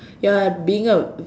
you're a being a